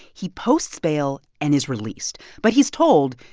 he posts bail and is released. but he's told,